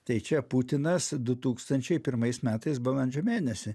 tai čia putinas du tūkstančiai pirmais metais balandžio mėnesį